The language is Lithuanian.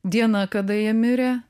diena kada jie mirė